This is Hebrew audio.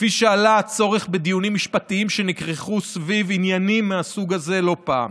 כפי שעלה הצורך בדיונים משפטיים שנכרכו סביב עניינים מהסוג הזה לא פעם.